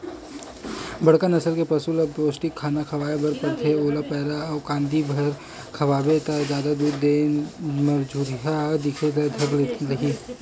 बड़का नसल के पसु ल बने पोस्टिक खाना खवाए बर परथे, ओला पैरा अउ कांदी भर खवाबे त जादा दूद नइ देवय मरझुरहा दिखे ल धर लिही